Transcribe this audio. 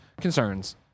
concerns